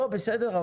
לא, בסדר.